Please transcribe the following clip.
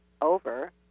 over